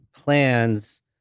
plans